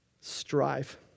Strive